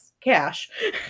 cash